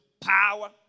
power